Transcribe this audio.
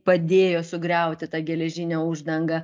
padėjo sugriauti tą geležinę uždangą